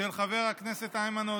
של חבר הכנסת איימן עודה.